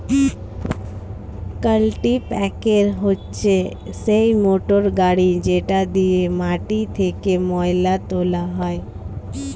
কাল্টিপ্যাকের হচ্ছে সেই মোটর গাড়ি যেটা দিয়ে মাটি থেকে ময়লা তোলা হয়